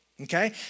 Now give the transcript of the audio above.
Okay